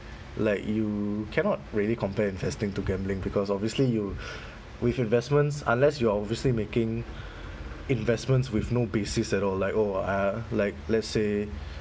like you cannot really compare investing to gambling because obviously you with investments unless you are obviously making investments with no basis at all like oh uh like let's say